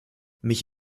mich